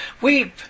weep